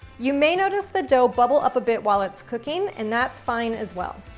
you may notice the dough bubble up a bit while it's cooking, and that's fine, as well.